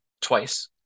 twice